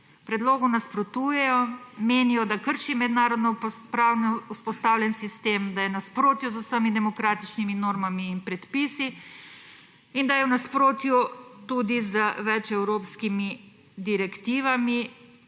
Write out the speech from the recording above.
Predlogu nasprotujejo, menijo, da krši mednarodnopravno vzpostavljen sistem, da je v nasprotju z vsemi demokratičnimi normami in predpisi in da je v nasprotju tudi z več evropskimi direktivami,